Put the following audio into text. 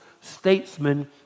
statesmen